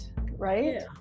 right